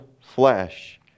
flesh